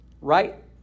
right